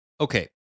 Okay